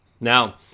Now